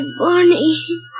Barney